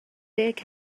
deg